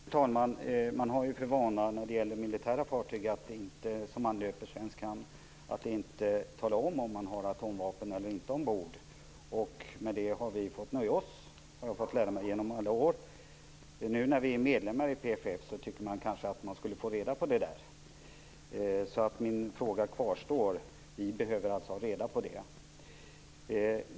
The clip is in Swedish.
Fru talman! Man har ju för vana när det gäller militära fartyg som anlöper svensk hamn att inte tala om ifall man har atomvapen eller inte ombord, och med det har vi fått nöja oss, har jag fått lära mig under alla år. Nu när vi är medlemmar i PFF tycker man kanske att man skulle kunna få reda på detta. Min fråga kvarstår alltså. Vi behöver få reda på detta.